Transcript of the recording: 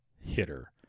hitter